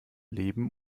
leben